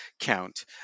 count